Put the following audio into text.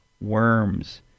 worms